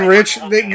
Rich